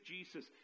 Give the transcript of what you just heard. Jesus